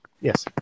Yes